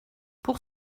pour